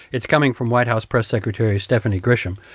it's coming from white house press secretary stephanie grisham.